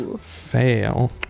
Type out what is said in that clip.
fail